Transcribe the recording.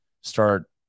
start